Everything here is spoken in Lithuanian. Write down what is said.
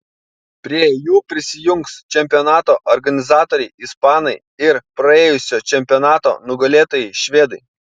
prie jų prisijungs čempionato organizatoriai ispanai ir praėjusio čempionato nugalėtojai švedai